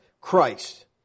Christ